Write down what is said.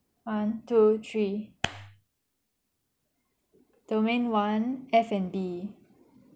one two three domain one F&B